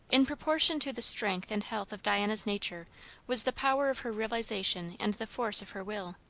in proportion to the strength and health of diana's nature was the power of her realization and the force of her will.